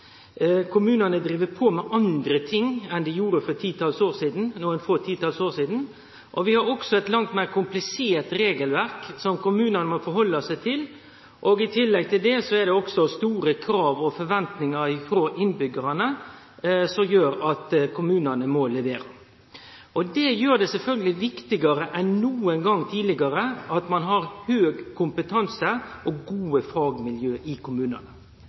kommunane driv på med andre ting enn dei gjorde for nokre få titals år sidan, og vi har også eit langt meir komplisert regelverk som kommunane må rette seg etter. I tillegg til dette har også innbyggjarane store krav og forventningar, som gjer at kommunane må levere. Dette gjer det sjølvsagt viktigare enn nokon gong tidlegare at ein har høg kompetanse og gode fagmiljø i kommunane,